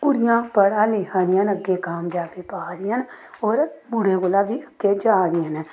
कुड़ियां पढ़ा लिखा दियां न अग्गें कामजाबी पा दियां न होर मुड़ें कोला बी अग्गें जा दियां न